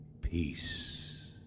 Peace